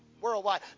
worldwide